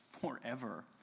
forever